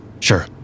Sure